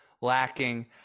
lacking